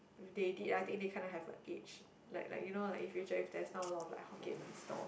if they did ah I think they kinda have like age like like you know like in future if there's not a lot of like Hokkien Mee stall